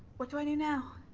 what do i do now?